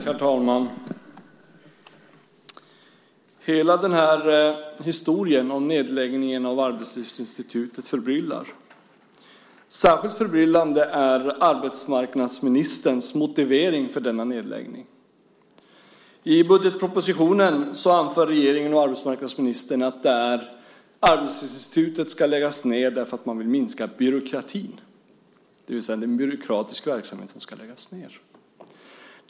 Herr talman! Hela den här historien om nedläggningen av Arbetslivsinstitutet förbryllar. Särskilt förbryllande är arbetsmarknadsministerns motivering för denna nedläggning. I budgetpropositionen anför regeringen och arbetsmarknadsministern att Arbetslivsinstitutet ska läggas ned därför att man vill minska byråkratin, det vill säga att det är en byråkratisk verksamhet som ska läggas ned.